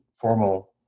formal